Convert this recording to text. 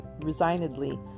resignedly